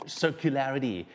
circularity